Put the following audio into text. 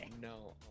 no